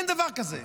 אין דבר כזה.